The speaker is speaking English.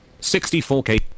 64K